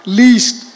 least